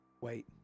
wait